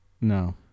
No